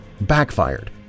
backfired